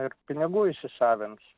ir pinigų įsisavins